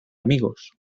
amigos